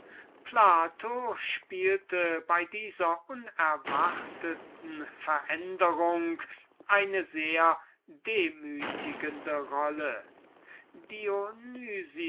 plato spielte bei dieser unerwarteten katastrophe eine sehr demütigende rolle